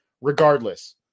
regardless